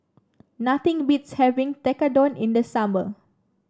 nothing beats having Tekkadon in the summer